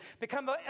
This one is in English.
Become